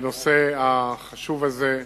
בנושא החשוב הזה.